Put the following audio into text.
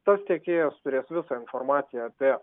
tas tiekėjas turės visą informaciją apie